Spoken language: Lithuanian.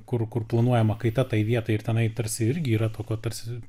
kur kur planuojama kaita tai vietai ir tenai tarsi irgi yra tokio tarsi